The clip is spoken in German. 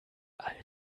all